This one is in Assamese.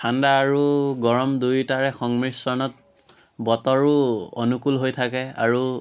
ঠাণ্ডা আৰু গৰম দুয়োটাৰে সংমিশ্ৰণত বতৰো অনুকূল হৈ থাকে আৰু